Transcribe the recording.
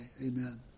amen